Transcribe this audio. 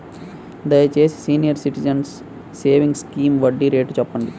దయచేసి senior citizens savings scheme వడ్డీ rate చెప్పండి